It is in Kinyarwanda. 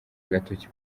agatoki